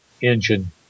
engine